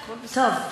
בסדר,